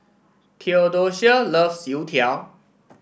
Theodocia loves Youtiao